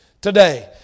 today